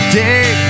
day